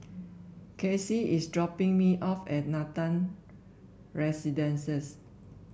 Kacie is dropping me off at Nathan Residences